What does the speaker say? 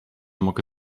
mogę